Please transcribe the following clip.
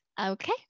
Okay